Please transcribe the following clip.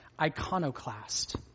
iconoclast